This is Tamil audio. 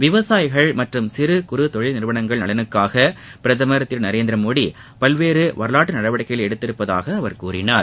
விவசாயிகள் மற்றும் சிறுகுறு தொழில்நிறுவனங்களின் நலனுக்காக பிரதமர் திரு நரேந்திர மோடி பல்வேறு வரலாற்று நடவடிக்கைகளை எடுத்துள்ளதாக கூறினார்